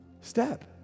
Step